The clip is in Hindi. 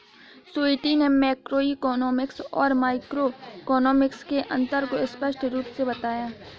स्वीटी ने मैक्रोइकॉनॉमिक्स और माइक्रोइकॉनॉमिक्स के अन्तर को स्पष्ट रूप से बताया